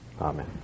Amen